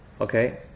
okay